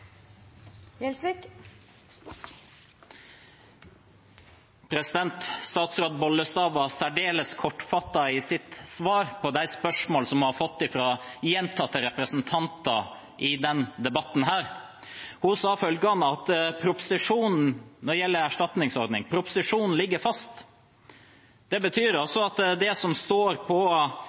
Gjelsvik har hatt ordet to ganger tidligere og får ordet til en kort merknad, begrenset til 1 minutt. Statsråd Bollestad var særdeles kortfattet i sitt svar på de spørsmål som hun har fått gjentatte ganger fra representanter i denne debatten. Hun sa når det gjelder erstatningsordning: Proposisjonen ligger fast. Det betyr altså at